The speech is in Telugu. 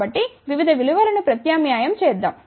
కాబట్టి వివిధ విలువలను ప్రత్యామ్నాయం చేద్దాం